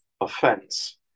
offense